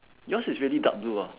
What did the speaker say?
yours is really dark blue ah